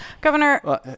Governor